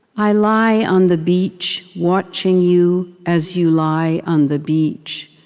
i lie on the beach, watching you as you lie on the beach,